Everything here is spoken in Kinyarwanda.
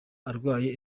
arwaye